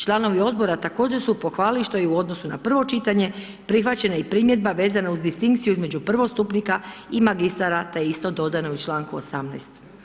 Članovi Odbora također su pohvalili, što je i u odnosu na prvo čitanje, prihvaćena je i primjedba vezana uz distinkciju između prvostupnika i magistara, te isto dodana i u čl. 18.